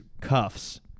cuffs